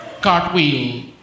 Cartwheel